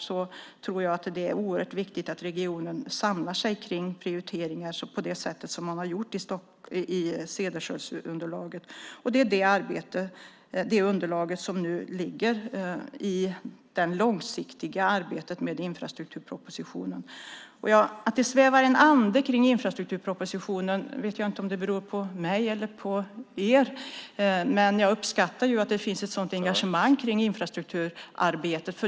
Jag tror att det är oerhört viktigt att regionen samlar sig kring prioriteringar på det sätt som man har gjort i Cederschiölds underlag. Det är det underlaget som nu ligger i det långsiktiga arbetet med infrastrukturpropositionen. När det gäller att det svävar en ande runt infrastrukturpropositionen vet jag inte om det beror på mig eller på er, men jag uppskattar att det finns ett sådant engagemang kring infrastrukturarbetet.